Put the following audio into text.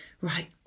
right